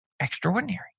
extraordinary